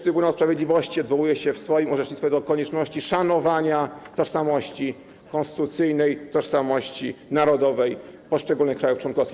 Trybunał Sprawiedliwości odwołuje się w swoim orzecznictwie do konieczności szanowania tożsamości konstytucyjnej i tożsamości narodowej poszczególnych krajów członkowskich.